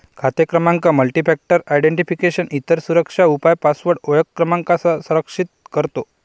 खाते क्रमांक multifactor identification, इतर सुरक्षा उपाय पासवर्ड ओळख क्रमांकासह संरक्षित करतो